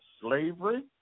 slavery